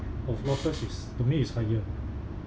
of losses is to me is higher